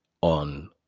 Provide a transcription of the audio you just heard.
on